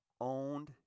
owned